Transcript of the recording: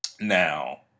Now